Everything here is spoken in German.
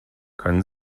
können